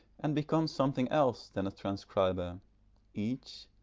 and becomes something else than a transcriber each,